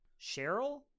Cheryl